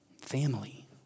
family